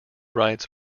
rights